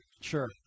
Sure